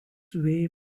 way